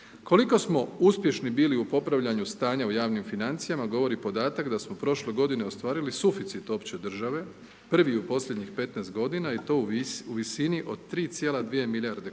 Koliko smo uspješni bili u popravljanja stanja u javnim financijama, govori podatak da smo prošle godine ostvarili suficit opće države, prvi u posljednjih 15 godina i to u visini od 3,2 milijarde kuna